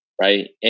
right